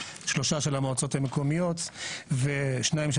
שלושה של המועצות המקומיות ושניים של